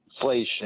inflation